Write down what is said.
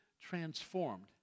transformed